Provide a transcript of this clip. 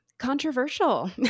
Controversial